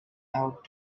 out